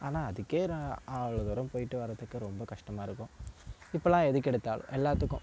ஆனால் அதுக்கே நான் அவ்வளோதூரம் போயிட்டு வர்கிறத்துக்கு ரொம்ப கஷ்டமாக இருக்கும் இப்போலாம் எதுக்கெடுத்தாலும் எல்லாத்துக்கும்